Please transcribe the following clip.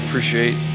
appreciate